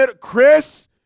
Chris